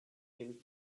you